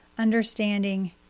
understanding